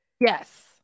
Yes